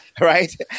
Right